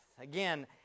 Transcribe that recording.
Again